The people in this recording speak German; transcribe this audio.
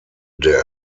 der